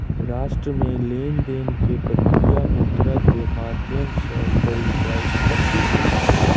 राष्ट्र मे लेन देन के प्रक्रिया मुद्रा के माध्यम सॅ कयल जाइत अछि